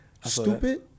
Stupid